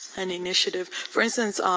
and initiative. for instance, um